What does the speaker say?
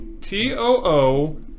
T-O-O